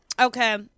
okay